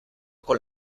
con